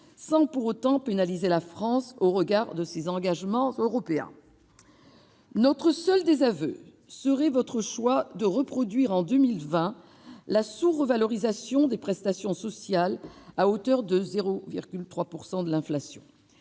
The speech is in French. sans pour autant pénaliser la France au regard de ses engagements européens. Notre seul désaveu porte sur votre choix de reconduire en 2020 la sous-revalorisation des prestations sociales à hauteur de 0,3 % de l'inflation.